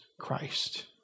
Christ